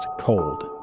Cold